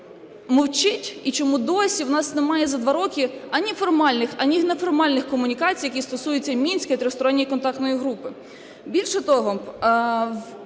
мовчить і чому досі у нас немає за два роки ані формальних, ані неформальних комунікацій, які стосуються мінської Тристоронньої контактної групи. Більше того,